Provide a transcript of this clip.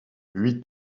huit